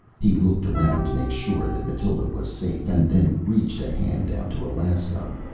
he looked around to make sure that mathild was safe, and then reached a hand down to alaskon.